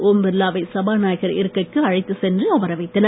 ஓம் பிர்லாவை சபநாயகர் இருக்கைக்கு அழைத்துச் சென்று அமரவைத்தனர்